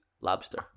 lobster